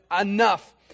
enough